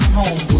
home